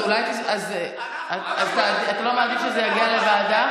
אתה לא מעדיף שזה יגיע לוועדה?